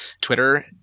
Twitter